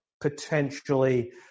potentially